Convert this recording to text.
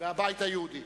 סיעת הבית היהודי